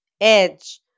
Edge